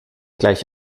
gleich